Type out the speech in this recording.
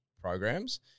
programs